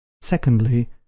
Secondly